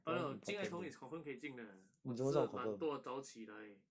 but no 进爱同 is confirm 可以进的我只是懒惰早起来